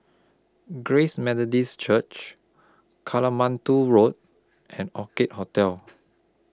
Grace Methodist Church Katmandu Road and Orchid Hotel